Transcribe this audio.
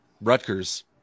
Rutgers